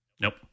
Nope